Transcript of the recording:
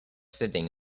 sitting